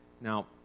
Now